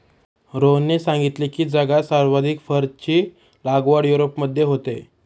रोहनने सांगितले की, जगात सर्वाधिक फरची लागवड युरोपमध्ये होते